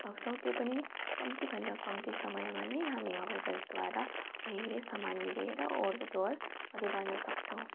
त्यो पनि कम्तीभन्दा कम्ती समयमा नै हामी हवाईजहाजद्वारा अहिले सामान लिएर ओहोर दोहोर गरिरहन सक्छौँ